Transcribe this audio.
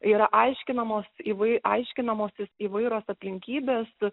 yra aiškinamos įvai aiškinamosis įvairios aplinkybės